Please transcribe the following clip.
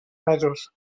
mesos